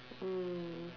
mm